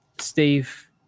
Steve